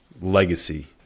legacy